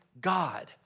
God